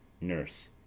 Nurse